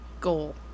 goal